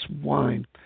wine